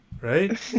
right